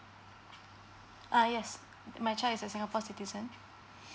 uh yes my child is a singapore citizen